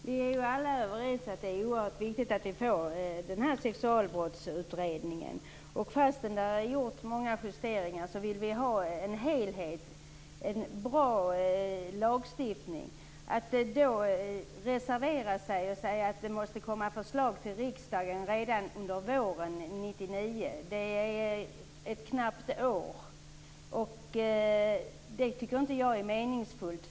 Herr talman! Vi är alla överens om att det är oerhört viktigt att vi får den här sexualbrottsutredningen. Och trots att det har gjorts många justeringar vill vi ha en helhet. Vi vill ha en bra lagstiftning. Att då reservera sig och säga att det måste komma förslag till riksdagen redan under våren 1999 - det är ett knappt år till dess - tycker inte jag är meningsfullt.